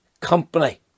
company